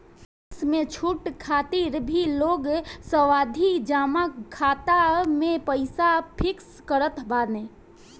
tax में छूट खातिर भी लोग सावधि जमा खाता में पईसा फिक्स करत बाने